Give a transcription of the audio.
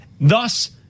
thus